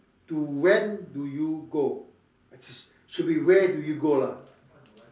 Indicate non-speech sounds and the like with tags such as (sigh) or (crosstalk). to when do you go (noise) should be where do you go lah